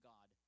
God